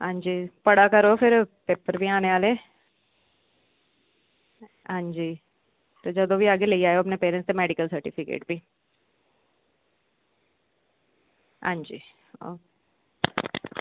पढ़ा करो फिर पेपर बी आनें आह्ले हां जी ते जदूं बी आह्गे लेी जायो अपनें पेरैंटस दा मैडिकल सर्टिफिकेट बी हां जी